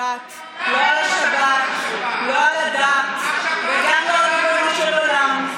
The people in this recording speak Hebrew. לא על השבת ולא על הדת וגם לא על ריבונו של עולם,